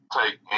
take